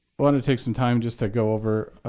want to take some time just to go over